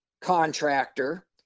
contractor